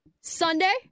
Sunday